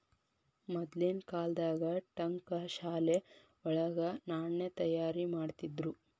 ಮದ್ಲಿನ್ ಕಾಲ್ದಾಗ ಠಂಕಶಾಲೆ ವಳಗ ನಾಣ್ಯ ತಯಾರಿಮಾಡ್ತಿದ್ರು